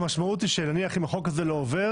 אם החוק הזה לא עובר,